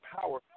power